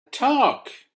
talk